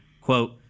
quote